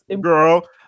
girl